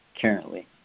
currently